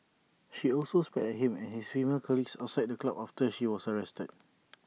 she also spat at him and his female colleague outside the club after she was arrested